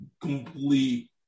Complete